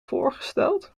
voorgesteld